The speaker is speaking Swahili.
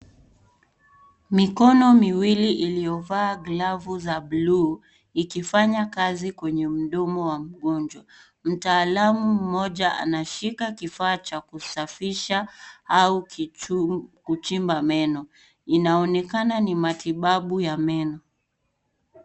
Mikono miwili iliyovaa glavu za bluu ikifanya kazi kwenye mdomo wa mgonjwa. Mtaalamu mmoja anashika kifaa cha kusafisha au kuchimba meno. Inaonekana ni matibabu ya meno.